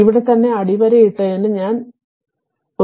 ഇവിടെത്തന്നെ അടിവരയിട്ടതിന് ഞാൻ ഇവിടെ അടിവരയിട്ടു